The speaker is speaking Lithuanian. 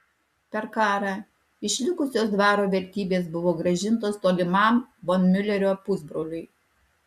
per karą išlikusios dvaro vertybės buvo grąžintos tolimam von miulerio pusbroliui